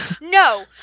no